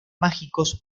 mágicos